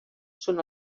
són